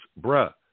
bruh